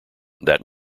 that